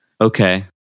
Okay